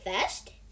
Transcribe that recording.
first